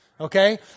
Okay